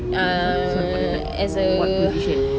wait what sorry for the that what position